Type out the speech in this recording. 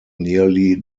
nearly